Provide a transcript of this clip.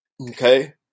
okay